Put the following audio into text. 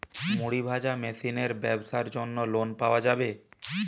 মুড়ি ভাজা মেশিনের ব্যাবসার জন্য লোন পাওয়া যাবে?